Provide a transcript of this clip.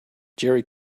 jerry